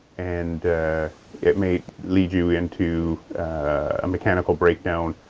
and it may lead you into a mechanical breakdown,